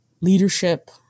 leadership